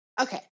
Okay